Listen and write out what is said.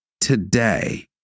today